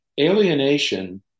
Alienation